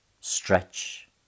stretch